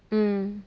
mm